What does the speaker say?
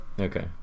Okay